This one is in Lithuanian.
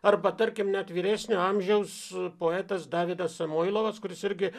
arba tarkim net vyresnio amžiaus poetas davidas samoilovas kuris irgi